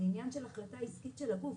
זה עניין של החלטה עסקית של הגוף.